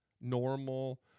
normal